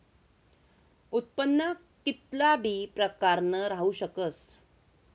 उत्पन्न कित्ला बी प्रकारनं राहू शकस